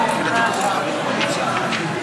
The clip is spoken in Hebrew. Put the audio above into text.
פקודת הנזיקין,